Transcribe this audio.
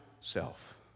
self